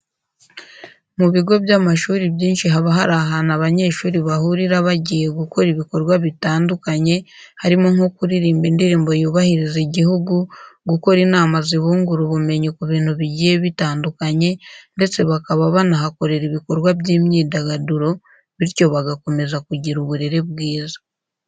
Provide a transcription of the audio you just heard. Mu bigo by'amashuri byinshi haba hari ahantu abanyeshuri bahurira bagiye gukora ibikorwa bitandukanye harimo nko kuririmba indirimbo yubahiriza igihugu, gukora inama zibungura ubumenyi ku bintu bigiye bitandukanye ndetse bakaba banahakorera ibikorwa by'imyidagaduro bityo bagakomeza kugira uburere bwiza.